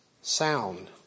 sound